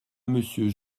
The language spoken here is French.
monsieur